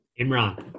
Imran